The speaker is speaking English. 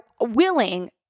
willing